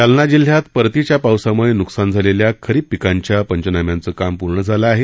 जालना जिल्ह्यात परतीच्या पावसामुळे नुकसान झालेल्या खरीप पिकांच्या पंचनाम्याचं काम पूर्ण झालं आहे